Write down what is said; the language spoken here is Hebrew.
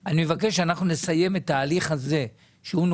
מבקש שאנחנו נסיים את התהליך של הפטור מאגרה,